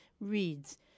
reads